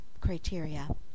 criteria